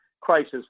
crisis